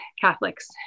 Catholics